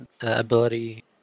ability